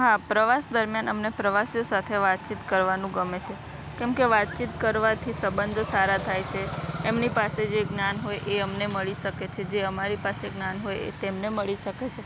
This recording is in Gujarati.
હા પ્રવાસ દરમ્યાન અમને પ્રવાસીઓ સાથે વાતચીત કરવાનું ગમે છે કેમકે વાતચીત કરવાથી સંબંધો સારા થાય છે એમની પાસે જે જ્ઞાન હોય એ અમને મળી શકે છે જે અમારી પાસે જ્ઞાન હોય એ તેમને મળી શકે છે